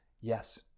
yes